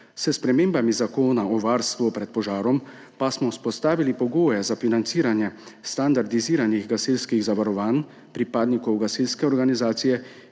S spremembami Zakona o varstvu pred požarom pa smo vzpostavili pogoje za financiranje standardiziranih gasilskih zavarovanj pripadnikov gasilske organizacije